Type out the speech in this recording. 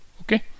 okay